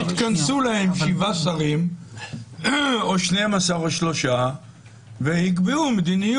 יתכנסו להם שבעה שרים או 12 או שלושה ויקבעו מדיניות.